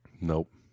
Nope